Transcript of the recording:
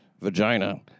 vagina